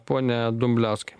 pone dumbliauskai